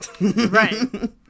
Right